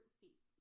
feet